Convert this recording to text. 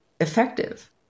effective